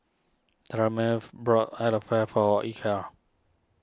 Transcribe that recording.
Tremaine bought Falafel for Ike